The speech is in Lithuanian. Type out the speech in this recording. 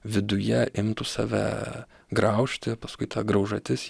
viduje imtų save graužti paskui ta graužatis